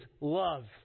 love